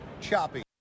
Choppy